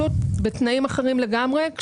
רק בתנאים אחרים לגמרי.